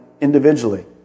individually